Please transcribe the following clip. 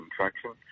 traction